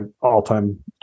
all-time